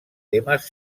temes